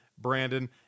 Brandon